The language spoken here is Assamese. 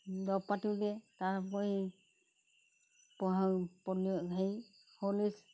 দৰৱ পাতিও দিয়ে তাৰ উপৰি পলিঅ' হেৰি হৰলিক্স